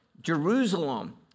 Jerusalem